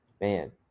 man